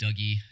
dougie